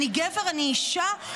אני גבר, אני אישה?